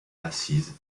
assise